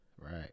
Right